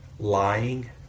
Lying